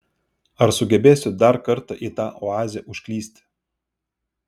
ar sugebėsiu dar kartą į tą oazę užklysti